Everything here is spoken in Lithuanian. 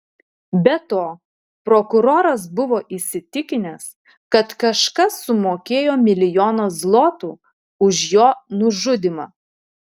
be to prokuroras buvo įsitikinęs kad kažkas sumokėjo milijoną zlotų už jo nužudymą